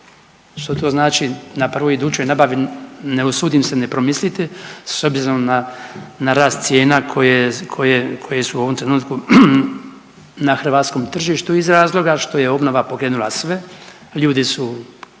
Što to znači? Na prvoj idućoj nabavi ne usudim se ne promisliti s obzirom na rast cijena koje su u ovom trenutku na hrvatskom tržištu iz razloga što je obnova pokrenula sve. Ljudi su,